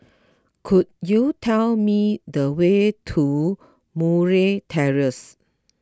could you tell me the way to Murray Terrace